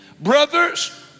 brothers